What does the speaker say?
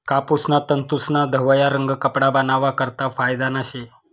कापूसना तंतूस्ना धवया रंग कपडा बनावा करता फायदाना शे